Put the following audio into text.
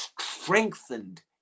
strengthened